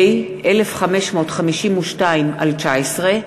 מס' פ/1552/19,